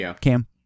Cam